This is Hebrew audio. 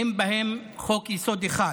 ואין בהם חוק-יסוד אחד